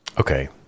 Okay